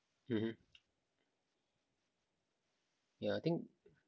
mmhmm ya I think